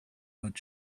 but